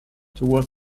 towards